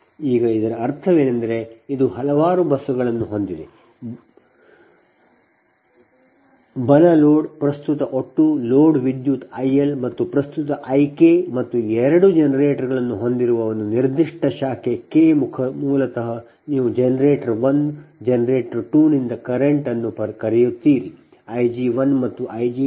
ಈಗ ಇದರ ಅರ್ಥವೇನೆಂದರೆ ಇದು ಹಲವಾರು ಬಸ್ಸುಗಳನ್ನು ಹೊಂದಿದೆ ಬಲ ಲೋಡ್ ಪ್ರಸ್ತುತ ಒಟ್ಟು ಲೋಡ್ ವಿದ್ಯುತ್ I L ಮತ್ತು ಪ್ರಸ್ತುತ I K ಮತ್ತು ಎರಡು ಜನರೇಟರ್ಗಳನ್ನು ಹೊಂದಿರುವ ಒಂದು ನಿರ್ದಿಷ್ಟ ಶಾಖೆ K ಮೂಲತಃ ನೀವು ಜನರೇಟರ್ 1 ಜನರೇಟರ್ 2 ನಿಂದ ಕರೆಂಟ್ ಅನ್ನು ಕರೆಯುತ್ತೀರಿ I g1 ಮತ್ತು I g2